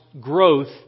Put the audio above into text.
growth